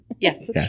Yes